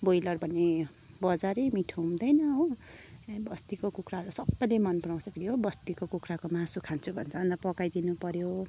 broiler भने बजारे मिठो हुँदैन हो बस्तीको कुखुराहरू सबैले मन पराउँछ फेरि हो बस्तीको कुखुराको मासु खान्छु भन्छ अन्त पकाइदिनुपऱ्यो